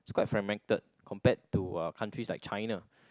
is quite fragmented compared to uh countries like China